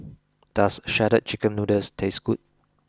does shredded chicken noodles taste good